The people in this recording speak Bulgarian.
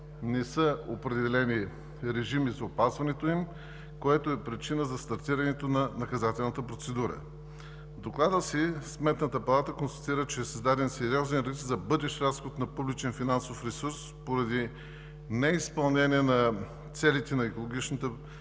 не са определени режими за опазването им, което е причина за стартирането на наказателната процедура. В доклада си Сметната палата констатира, че е създаден сериозен риск за бъдещ разход на публичен финансов ресурс поради неизпълнение на целите на екологичната политика